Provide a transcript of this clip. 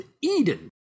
Eden